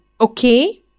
Okay